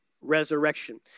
resurrection